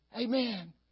Amen